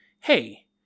hey